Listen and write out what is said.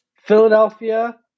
philadelphia